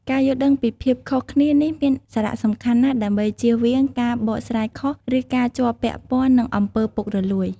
ការយល់ដឹងពីភាពខុសគ្នានេះមានសារៈសំខាន់ណាស់ ដើម្បីជៀសវាងការបកស្រាយខុស ឬការជាប់ពាក់ព័ន្ធនឹងអំពើពុករលួយ។